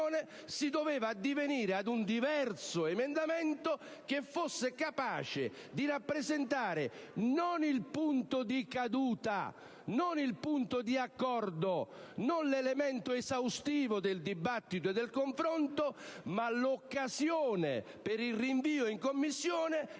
si doveva addivenire a un diverso emendamento che fosse capace di rappresentare non il punto di caduta o di accordo, non l'elemento esaustivo del dibattito e del confronto, ma l'occasione per il rinvio in Commissione